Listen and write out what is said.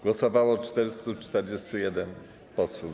Głosowało 441 posłów.